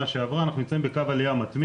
שעברה ואנחנו נמצאים בקו עליה מתמיד.